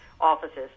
offices